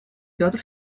петр